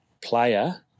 player